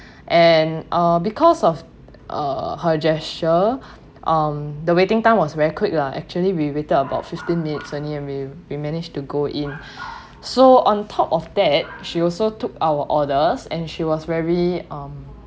and uh because of uh her gesture um the waiting time was very quick lah actually we waited about fifteen minutes only and we we managed to go in so on top of that she also took our orders and she was very um